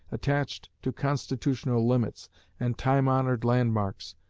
attached to constitutional limits and time-honored landmarks,